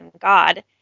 God